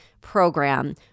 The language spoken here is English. program